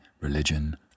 religion